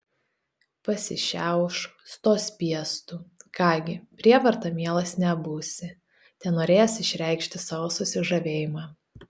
pasišiauš stos piestu ką gi prievarta mielas nebūsi tenorėjęs išreikšti savo susižavėjimą